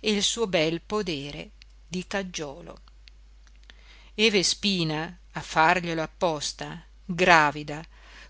e il suo bel podere di caggiolo e vespina a farglielo apposta gravida